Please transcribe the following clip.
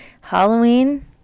Halloween